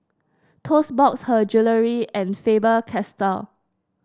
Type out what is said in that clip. Toast Box Her Jewellery and Faber Castell